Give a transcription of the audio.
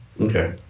Okay